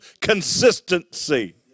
consistency